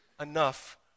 enough